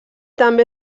també